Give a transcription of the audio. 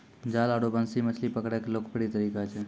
जाल आरो बंसी मछली पकड़ै के लोकप्रिय तरीका छै